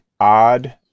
Odd